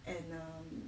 and um